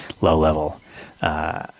low-level